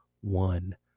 one